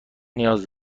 نیاز